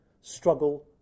struggle